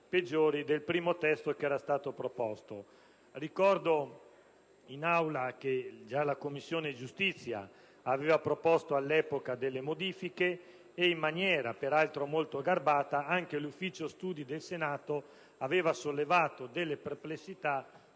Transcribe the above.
del primo testo che era stato proposto. Ricordo in Aula che già la Commissione giustizia aveva proposto all'epoca alcune modifiche e, in maniera peraltro molto garbata, anche il Servizio studi del Senato aveva sollevato perplessità